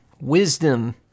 Wisdom